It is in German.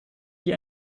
wie